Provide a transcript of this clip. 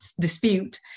dispute